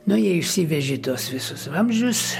na jie išsivežė tuos visus vamzdžius